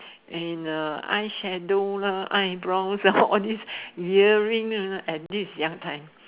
and uh eye shadow lah eyebrow ah all this earring lah and this is young time